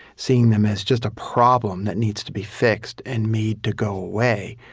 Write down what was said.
seeing them as just a problem that needs to be fixed and made to go away,